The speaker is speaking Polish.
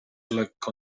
lekko